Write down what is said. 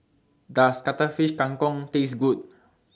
Does Cuttlefish Kang Kong Taste Good